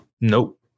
Nope